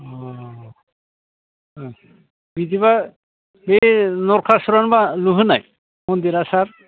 अ अ बिदिबा बे नरखासुरआनो मा लुहोनाय मन्दिरा सार